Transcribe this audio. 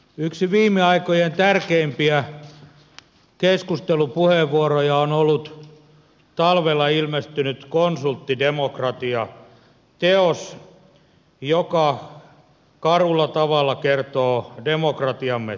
yksi viime aikojen tärkeimpiä keskustelupuheenvuoroja on ollut talvella ilmestynyt konsulttidemokratia teos joka karulla tavalla kertoo demokratiamme tilasta